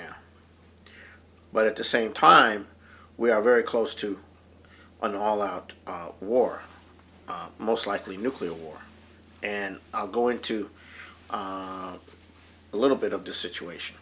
now but at the same time we are very close to an all out war most likely nuclear war and i'll go into a little bit of the situation